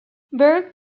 burke